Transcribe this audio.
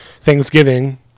Thanksgiving